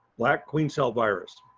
black queen cell virus,